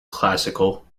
classical